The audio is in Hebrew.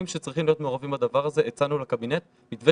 שצריכים להיות מעורבים בדבר הזה הצענו לקבינט מתווה